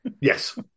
Yes